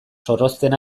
zorrozten